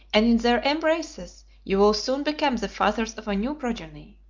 and in their embraces you will soon become the fathers of a new progeny.